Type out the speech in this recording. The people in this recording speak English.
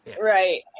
Right